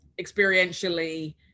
experientially